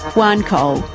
juan cole,